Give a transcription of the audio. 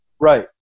Right